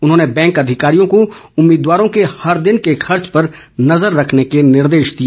उन्होंने बैंक अधिकारियों को उम्मीदवारों के हर दिन के खर्च पर नजर रखने के निर्देश भी दिए